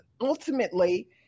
ultimately